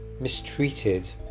mistreated